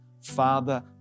Father